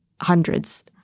hundreds